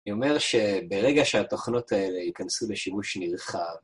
אני אומר שברגע שהתוכנות האלה ייכנסו לשימוש נרחב...